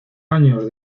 años